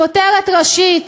בכותרת ראשית,